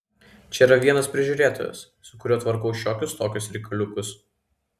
čia yra vienas prižiūrėtojas su kuriuo tvarkau šiokius tokius reikaliukus